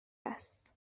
است